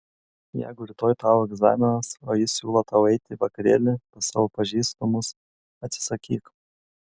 jeigu rytoj tau egzaminas o jis siūlo tau eiti į vakarėlį pas savo pažįstamus atsisakyk